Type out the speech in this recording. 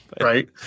Right